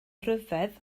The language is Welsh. ryfedd